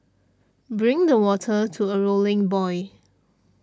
bring the water to a rolling boil